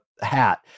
hat